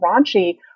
raunchy